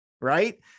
Right